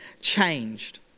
changed